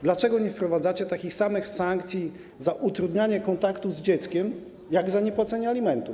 Dlaczego nie wprowadzacie takich samych sankcji za utrudnianie kontaktów z dzieckiem jak za niepłacenie alimentów?